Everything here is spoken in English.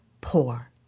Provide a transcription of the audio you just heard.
poor